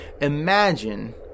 imagine